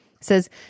says